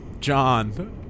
John